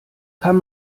kann